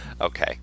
Okay